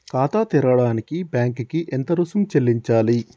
ఖాతా తెరవడానికి బ్యాంక్ కి ఎంత రుసుము చెల్లించాలి?